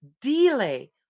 delay